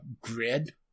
grid